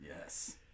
Yes